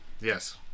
Yes